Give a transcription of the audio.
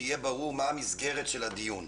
שיהיה ברור מה המסגרת של הדיון.